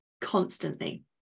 constantly